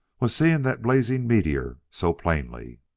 was seeing that blazing meteor so plainly.